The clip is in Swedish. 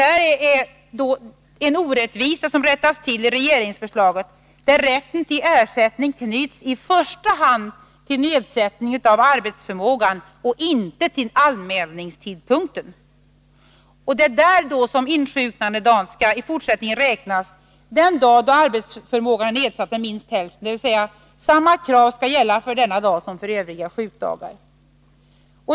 Detta är en orättvisa som rättas till genom regeringens förslag, där rätten till ersättning knyts i första hand till nedsättningen av arbetsförmåga och inte till anmälningstidpunkten. Som insjuknandedag skall då i fortsättningen räknas den dag då arbetsförmågan är nedsatt med minst hälften, dvs. samma krav skall gälla för denna dag som för övriga sjukdagar.